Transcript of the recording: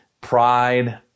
pride